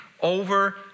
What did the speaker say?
over